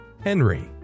Henry